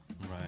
Right